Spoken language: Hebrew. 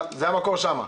המקור הוא שם.